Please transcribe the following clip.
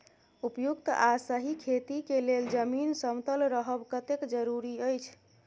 उपयुक्त आ सही खेती के लेल जमीन समतल रहब कतेक जरूरी अछि?